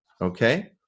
okay